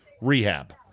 rehab